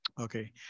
Okay